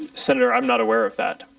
senator, i'm not aware of that.